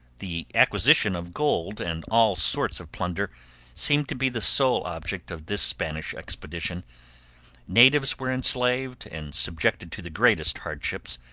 the acquisition of gold and all sorts of plunder seemed to be the sole object of this spanish expedition natives were enslaved, and subjected to the greatest hardships,